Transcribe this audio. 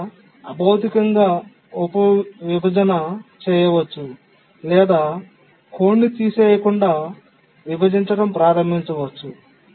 ఇక్కడ అభౌతికంగా ఉప విభజన చేయవచ్చు లేదా కోడ్ ని తీసేయకుండా విభజించడం ప్రారంభించవచ్చు